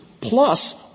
plus